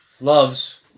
loves